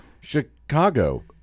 Chicago